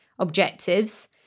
objectives